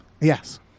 Yes